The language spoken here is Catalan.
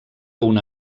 una